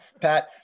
Pat